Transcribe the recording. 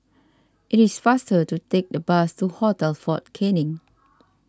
it is faster to take the bus to Hotel fort Canning